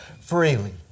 freely